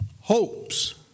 hopes